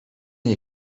nie